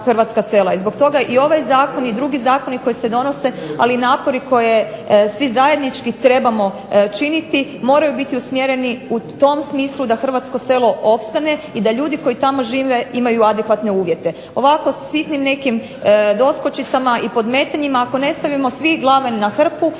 hrvatska sela. I zbog toga i ovaj zakon i drugi zakoni koji se donose, ali i napore koje svi zajednički trebamo činiti moraju biti usmjereni u tom smislu da hrvatsko selo opstane i da ljudi koji tamo žive imaju adekvatne uvjete. Ovako sitnim nekim doskočicama i podmetanjima ako ne stavimo svi glave na hrpu